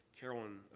Carolyn